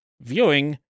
viewing